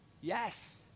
Yes